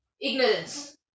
ignorance